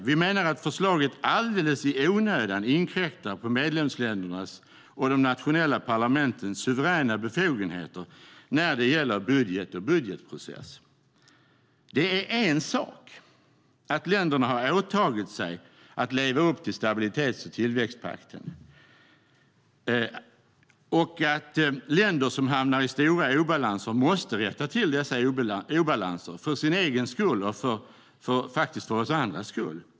Vi menar att förslaget alldeles i onödan inkräktar på medlemsländernas och de nationella parlamentens suveräna befogenheter när det gäller budget och budgetprocess. Det är en sak att länderna har åtagit sig att leva upp till stabilitets och tillväxtpakten och att länder som hamnar i stora obalanser måste rätta till dessa obalanser för sin egen skull och faktiskt också för oss andra.